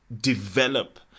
develop